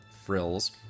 frills